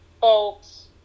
folks